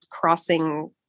crossing